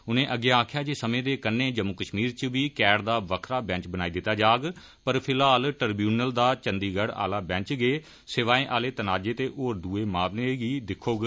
उनें अग्गै आक्खेआ जे समें दे कन्नै जम्मू कश्मीर च बी सी ए टी दा बक्खरा बैंच बनाई दित्ता जाग पर फिलहाल ट्रिब्यूनल दा चंडीगढ़ आला बैंच गै सेवायें आले तनाजे ते होर दुए मामलें गी दिक्खूग